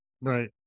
Right